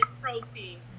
protein